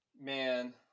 Man